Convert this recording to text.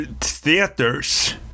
theaters